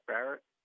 Barrett